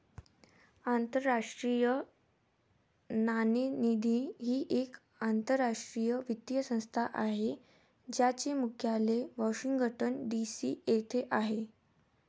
आंतरराष्ट्रीय नाणेनिधी ही एक आंतरराष्ट्रीय वित्तीय संस्था आहे ज्याचे मुख्यालय वॉशिंग्टन डी.सी येथे आहे